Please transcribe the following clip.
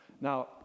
Now